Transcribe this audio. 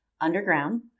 underground